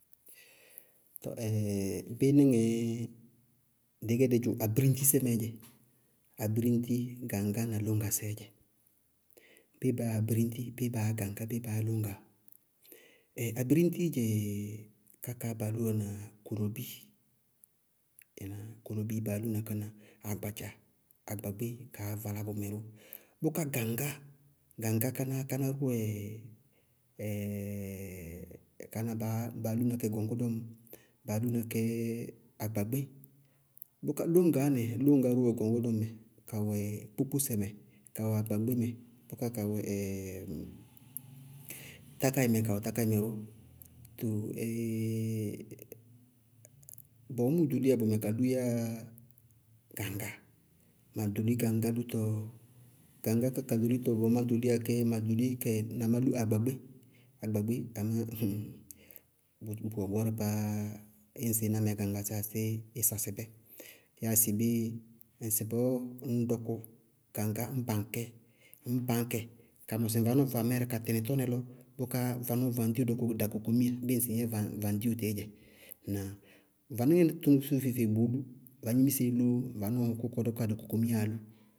Tɔɔ bé níŋɛɛ, dɩí gɛ dí dzʋ abiriñtisɛ mɛɛ dzɛ. Abiriñti gaŋgá na lóñgasɛ dze. Béé baá yá abiriñti, bé baá yá gaŋgá, béé baá yá loñgaá? Ɛɛ abiriñtií dzɛɛ kakaá baa lúwána kolobí. Ŋnáa? Kolobíi baá lúna káná, agbadza, agbagbé kaá valá bʋmɛ ró. Bʋká gaŋgá, gaŋgá káná káná wɛ káná baá lúna kɛ gɔñgɔdɔŋ, baá lʋna kɛ agbagbé, bʋká lóñgaá nɩ, lóñgaá ró wɛ gɔñgɔdɔŋ mɛ, ka wɛ kpókpósɛ mɛ, ka wɛ agbagbé mɛ, bʋká ka wɛ tákáɩ mɛ, ka wɛ tákáɩ mɛ ró. bɔɔ mʋʋ ɖoliyá bʋmɛ kalú yáa gaŋgá, ma ɖóli gaŋgá lútɔ, gaŋgá ká ka ɖolitɔ bɔɔ má ɖoliyá kɛ, ma ɖóli kɛ na má lú agbagbé, amá, bʋwɛ gɔɔrɛ páááŋ, ñŋsɩ ɩ ná meegaŋgásɛ aséé í sasɩ bɛ, yáa sɩbé ŋsɩbɔɔ ññ dɔkʋ gaŋgá ñ baŋ kɛ ŋñ bañ kɛ, ka mɔsɩ vanɔɔ vamɛɛrɛ ka tɩnɩ tɔnɛ lɔ bʋká vanɔɔ vaŋdiwo dɔkʋ dakokomiya, bíɩ ŋsɩ ŋ yɛ vaŋdiwo tíí dzɛ. Ŋnáa? Vanɩŋɛ tʋ sʋ feé-feé bʋʋ vagnimiséé lú, vanɔɔ kʋkɔɔ dɔkʋ wá dakokomiyaá lú.